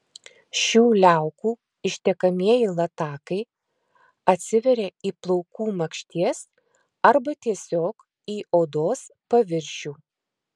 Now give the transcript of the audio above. šių liaukų ištekamieji latakai atsiveria į plaukų makšties arba tiesiog į odos paviršių